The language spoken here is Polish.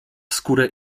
skórę